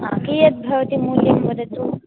हा कीयद्भवति मूल्यं वदतु